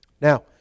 Now